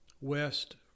West